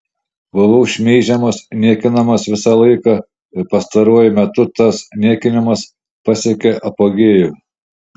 buvau šmeižiamas niekinamas visą laiką ir pastaruoju metu tas niekinimas pasiekė apogėjų